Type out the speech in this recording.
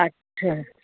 अच्छा